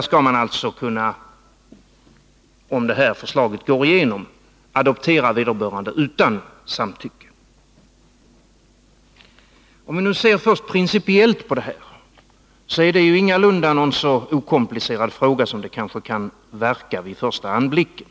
Om man först ser principiellt på den här frågan kan man konstatera att den ingalunda är så okomplicerad som den kanske kan verka vid första anblicken.